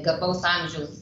garbaus amžiaus